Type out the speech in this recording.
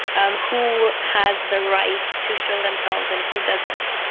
um who has the right to show themselves and who doesn't.